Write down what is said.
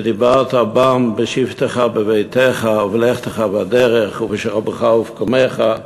"ודיברת בם בשבתך בביתך ובלכתך בדרך ובשוכבך ובקומך",